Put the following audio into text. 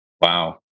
Wow